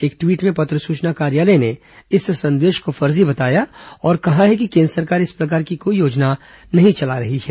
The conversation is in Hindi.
एक ट्वीट में पत्र सूचना कार्यालय ने इस संदेश को फर्जी बताया और कहा है कि केन् द्र सरकार इस प्रकार की कोई योजना नहीं चला रही है